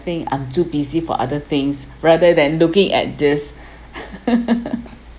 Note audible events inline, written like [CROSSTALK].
think I'm too busy for other things rather than looking at this [LAUGHS]